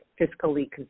fiscally